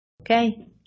Okay